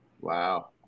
Wow